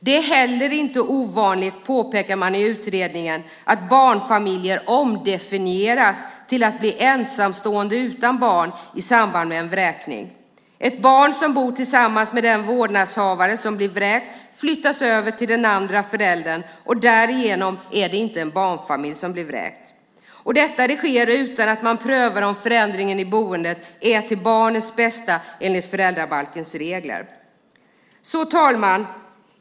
Det är heller inte ovanligt, påpekar man i utredningen, att barnfamiljer omdefinieras till att bli ensamstående utan barn i samband med en vräkning. Ett barn som bor tillsammans med den vårdnadshavare som blir vräkt flyttas över till den andra föräldern, och därigenom är det inte en barnfamilj som blir vräkt. Detta sker utan att man prövar om förändringen i boendet är till barnets bästa enligt föräldrabalkens regler. Herr talman!